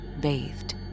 bathed